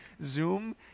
zoom